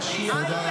חד-משמעית.